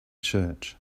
church